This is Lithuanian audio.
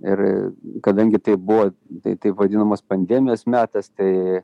ir kadangi tai buvo tai taip vadinamas pandemijos metas tai